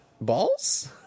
balls